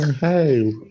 Hey